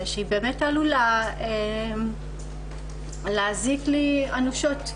שבאמת עלולה להזיק לי אנושות.